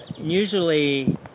usually